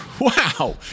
wow